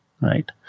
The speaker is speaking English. Right